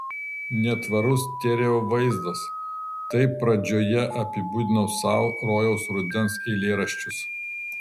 netvarus stereo vaizdas taip pradžioje apibūdinau sau rojaus rudens eilėraščius